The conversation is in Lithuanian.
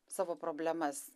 savo problemas